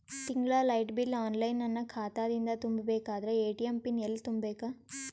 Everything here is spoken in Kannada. ತಿಂಗಳ ಲೈಟ ಬಿಲ್ ಆನ್ಲೈನ್ ನನ್ನ ಖಾತಾ ದಿಂದ ತುಂಬಾ ಬೇಕಾದರ ಎ.ಟಿ.ಎಂ ಪಿನ್ ಎಲ್ಲಿ ತುಂಬೇಕ?